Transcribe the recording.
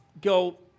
go